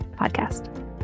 podcast